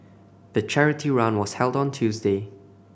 the charity run was held on a Tuesday